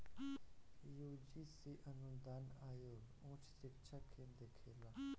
UGC अनुदान आयोग उच्च शिक्षा के देखेला